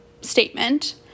statement